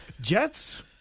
Jets